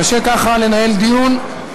קשה ככה לנהל דיון.